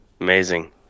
amazing